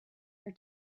our